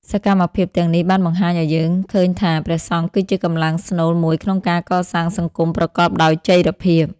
សកម្មភាពទាំងនេះបានបង្ហាញឱ្យឃើញថា ព្រះសង្ឃគឺជាកម្លាំងស្នូលមួយក្នុងការកសាងសង្គមប្រកបដោយចីរភាព។